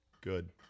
good